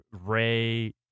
Ray